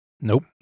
Nope